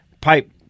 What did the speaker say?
pipe